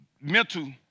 mental